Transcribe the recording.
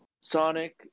Sonic